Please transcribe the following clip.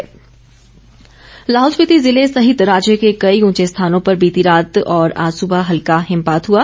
मौसम लाहौल स्पिति जिले सहित राज्य के कई ऊंचे स्थानों पर बीती रात और आज सुबह हल्का हिमपात हुआ